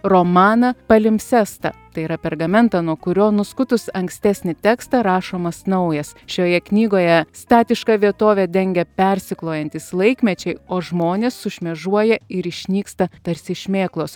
romaną palimpsestą tai yra pergamentą nuo kurio nuskutus ankstesnį tekstą rašomas naujas šioje knygoje statišką vietovę dengia persiklojantys laikmečiai o žmonės sušmėžuoja ir išnyksta tarsi šmėklos